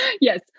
Yes